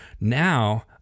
now